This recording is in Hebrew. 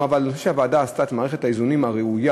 אבל אני חושב שהוועדה עשתה את מערכת האיזונים הראויה